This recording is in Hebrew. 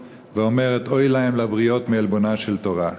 ואומרת: אוי להם לבריות מעלבונה של תורה?